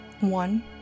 One